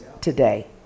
today